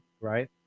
right